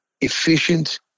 efficient